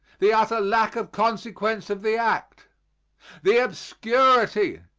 the utter lack of consequence of the act the obscurity,